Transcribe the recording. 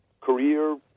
career